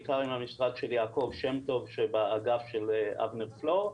בעיקר עם המשרד של יעקב שם-טוב שבאגף של אבנר פלור.